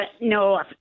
no